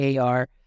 AR